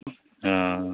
ആ ആ